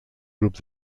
grup